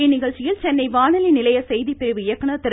இந்நிகழ்ச்சியில் பேசிய சென்னை வானொலி நிலைய செய்திப்பிரிவு இயக்குனர் திரு